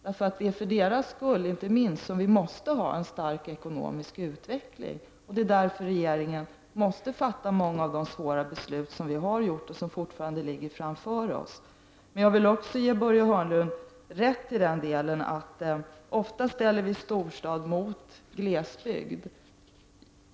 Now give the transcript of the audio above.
Det är inte minst för deras skull som vi måste ha en stark ekonomisk utveckling. Det är därför som regeringen måste fatta många av de svåra beslut som den har fattat och som fortfarande ligger framför oss. Men jag vill ge Börje Hörnlund rätt i den delen att vi ofta ställer storstad mot glesbygd.